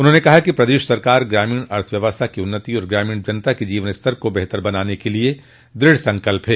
उन्होंने कहा कि प्रदेश सरकार ग्रामीण अर्थव्यवस्था की उन्नति एवं ग्रामीण जनता के जीवन स्तर को बेहतर बनाने के लिये दृढ़ संकल्पित है